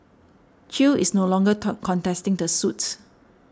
Chew is no longer talk contesting the suit